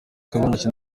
kandiho